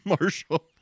Marshall